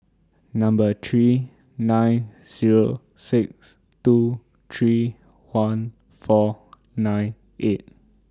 Number three nine Zero six two three one four nine eight